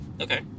Okay